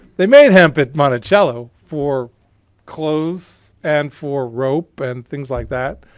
they made hemp at monticello for clothes and for rope and things like that.